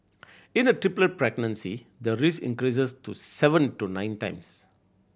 in a triplet pregnancy the risk increases to seven to nine times